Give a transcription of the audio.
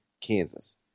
Kansas